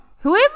Whoever